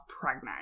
pregnant